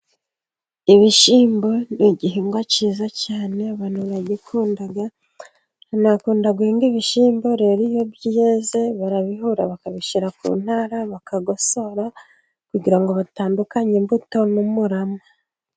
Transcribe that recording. Ibishyimbo ni igihingwa cyiza cyane abantu baragikunda. Abantu bakunda guhinga ibishyimbo rero iyo byeze barabihura bakabishyira ku ntara bakagosora, kugira ngo batandukanye imbuto n'umurama.